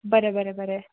बरें बरें बरें